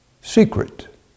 secret